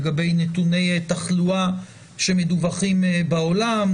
לגבי נתוני תחלואה שמדווחים בעולם,